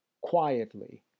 quietly